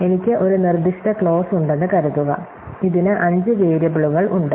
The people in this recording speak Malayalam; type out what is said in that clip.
എനിക്ക് ഒരു നിർദ്ദിഷ്ട ക്ലോസ് ഉണ്ടെന്ന് കരുതുക ഇതിന് അഞ്ച് വേരിയബിളുകൾ ഉണ്ട്